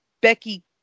Becky